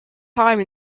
time